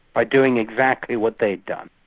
by doing exactly what they'd done.